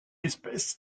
espèce